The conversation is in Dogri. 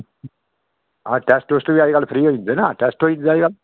हां टैस्ट टूस्ट बी अजकल फ्री होई जंदे ना टेस्ट होई जंदे अजकल